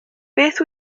beth